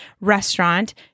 restaurant